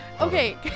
Okay